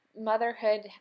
motherhood